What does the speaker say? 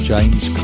James